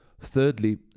Thirdly